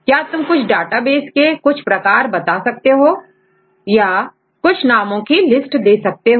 क्या तुम कुछ डाटाबेस के कुछ प्रकार बता सकते हो या कुछ नामों की लिस्ट दे सकते हो